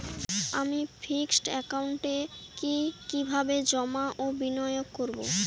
আমি ফিক্সড একাউন্টে কি কিভাবে জমা ও বিনিয়োগ করব?